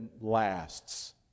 lasts